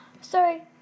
Sorry